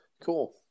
Cool